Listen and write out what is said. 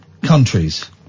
countries